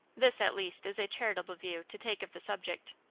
this, at least, is a charitable view to take of the subject.